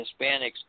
Hispanics